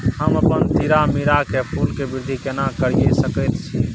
हम अपन तीरामीरा के फूल के वृद्धि केना करिये सकेत छी?